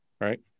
right